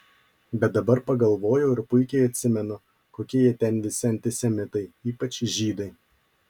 bet dabar pagalvojau ir puikiai atsimenu kokie jie ten visi antisemitai ypač žydai